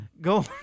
Go